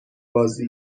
بازی